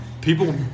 people –